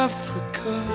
Africa